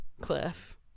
cliff